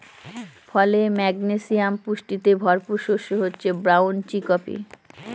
ফলে, ম্যাগনেসিয়াম পুষ্টিতে ভরপুর শস্য হচ্ছে ব্রাউন চিকপি